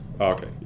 okay